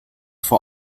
vor